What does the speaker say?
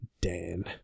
Dan